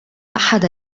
أحد